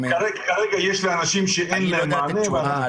ואני לא יודע את התשובה,